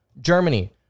Germany